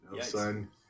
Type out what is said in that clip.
Son